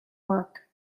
work